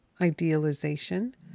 idealization